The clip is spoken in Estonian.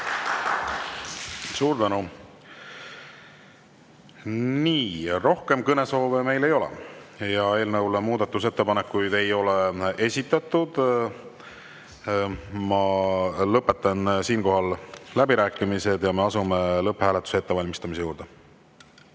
Suur tänu! Rohkem kõnesoove meil ei ole. Eelnõu kohta muudatusettepanekuid ei ole esitatud. Ma lõpetan siinkohal läbirääkimised ja me asume lõpphääletuse ettevalmistamise